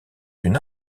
une